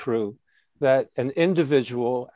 true that an individual